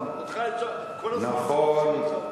נכון,